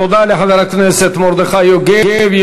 תודה לחבר הכנסת מרדכי יוגב.